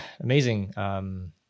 amazing